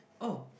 oh